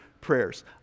prayers